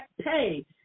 pay